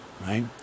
right